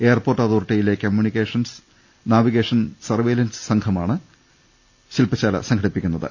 airport അതോറിട്ടിയിലെ communication navigation surveillance വിഭാഗമാണ് ശിൽപശാല സംഘടിപ്പിക്കു ന്നത്